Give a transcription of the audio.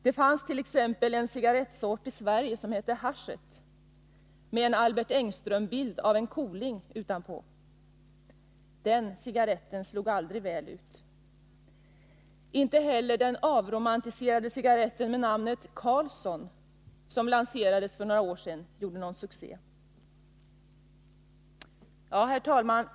Det fanns t.ex. en cigarettsort i Sverige som hette ”Haschet” med en Albert Engström-bild av en koling utanpå. Den cigaretten slog aldrig väl ut. Inte heller den avromantiserade cigaretten med namnet ”Carlsson”, som lanserades för några år sedan, gjorde någon succé. Herr talman!